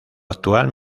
actual